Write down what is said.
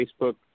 Facebook